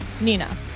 Nina